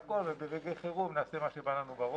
וברגעי חירום נעשה מה שבא לנו.